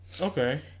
Okay